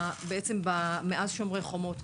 מאז "שומר החומות",